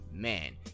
man